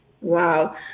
Wow